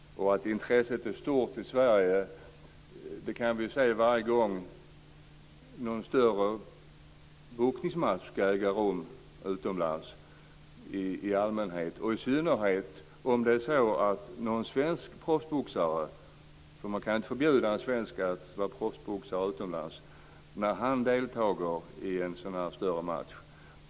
Att intresset är stort i Sverige kan vi se varje gång någon större boxningsmatch ska äga rum utomlands i allmänhet, och i synnerhet om det är så att någon svensk proffsboxare - för man kan inte förbjuda svenskar att vara proffsboxare utomlands - deltar i en sådan större match.